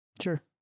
sure